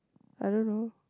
I don't know